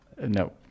no